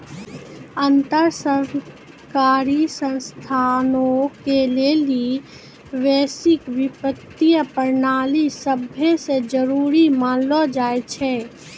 अन्तर सरकारी संस्थानो के लेली वैश्विक वित्तीय प्रणाली सभै से जरुरी मानलो जाय छै